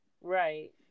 Right